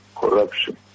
corruption